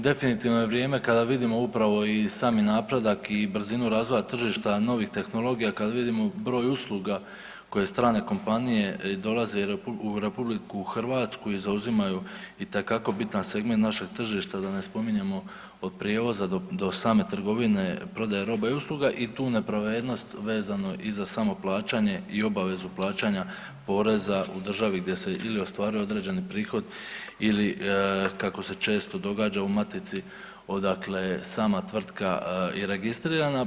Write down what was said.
Definitivno je vrijeme kada vidimo upravo i sami napredak i brzinu razvoja tržišta novih tehnologija, kad vidimo broj usluga koje strane kompanije dolaze u RH i zauzimaju itekako bitan segment našeg tržišta, da ne spominjemo od prijevoza do, do same trgovine prodaje roba i usluga i tu nepravednost vezano i za samo plaćanje i obavezu plaćanja poreza u državi gdje se ili ostvaruje određeni prihod ili kako se često događa u matici odakle je sama tvrtka i registrirana.